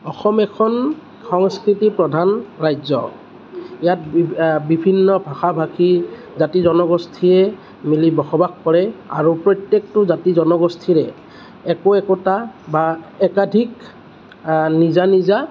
অসম এখন সংস্কৃতি প্ৰধান ৰাজ্য ইয়াত বি বিভিন্ন ভাষা ভাষী জাতি জনগোষ্ঠীয়ে মিলি বসবাস কৰে আৰু প্ৰত্যেকটো জাতি জনগোষ্ঠীৰে একো একোটা বা একাধিক নিজা নিজা